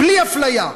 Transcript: בלי אפליה."